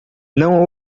não